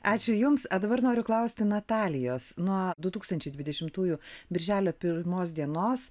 ačiū jums o dabar noriu klausti natalijos nuo du tūkstančiai dvidešimtųjų birželio pirmos dienos